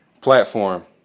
platform